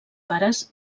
pares